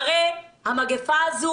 -- הרי המגיפה הזאת